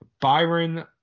Byron